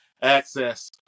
access